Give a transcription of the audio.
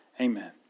Amen